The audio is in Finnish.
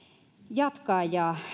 jatkaa ja